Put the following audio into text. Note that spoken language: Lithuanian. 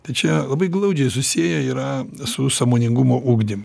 tai čia labai glaudžiai susiję yra su sąmoningumo ugdymu